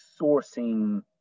sourcing